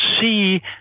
see